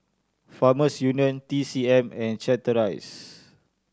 Farmers Union T C M and Chateraise